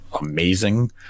amazing